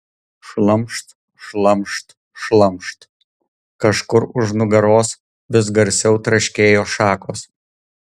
šlamšt šlamšt šlamšt kažkur už nugaros vis garsiau traškėjo šakos